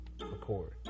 record